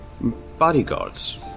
bodyguards